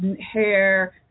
hair